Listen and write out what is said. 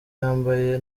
yambaye